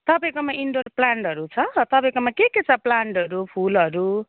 तपाईँकोमा इन्डोर प्लान्टहरू छ तपाईँकोमा के के छ प्लान्टहरू फुलहरू